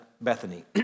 Bethany